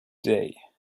day